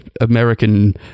American